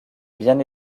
bien